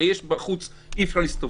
הרי בחוץ אי אפשר להסתובב,